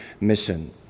Mission